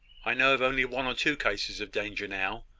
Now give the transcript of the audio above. i know of only one or two cases of danger now,